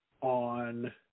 on